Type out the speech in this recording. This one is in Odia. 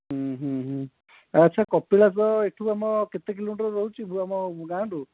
ଆଚ୍ଛା କପିଳାସ ଏଠୁ ଆମ କେତେ କିଲୋମିଟର ରହୁଛି ଆମ ଗାଁଠୁ